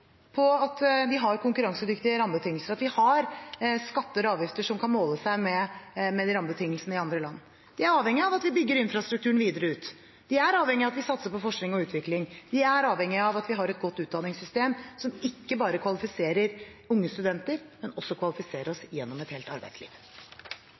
andre land. De er avhengige av at vi bygger infrastrukturen videre ut. De er avhengige av at vi satser på forskning og utvikling. De er avhengige av at vi har et godt utdanningssystem, som ikke bare kvalifiserer unge studenter, men som også kvalifiserer oss